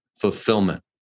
fulfillment